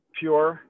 pure